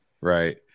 right